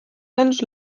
mensch